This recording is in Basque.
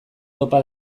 topa